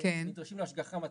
שהם נדרשים להשגחה מתמדת,